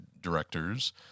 directors